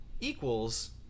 equals